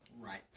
Right